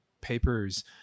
papers